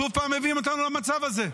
שוב פעם מביאים אותנו למצב הזה.